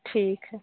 ठीक है